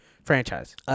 franchise